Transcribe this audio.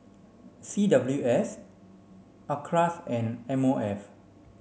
C W S Acres and M O F